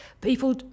People